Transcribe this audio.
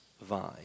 vine